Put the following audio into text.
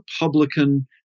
Republican